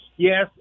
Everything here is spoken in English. Yes